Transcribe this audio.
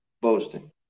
Boasting